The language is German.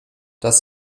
dass